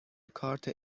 کارت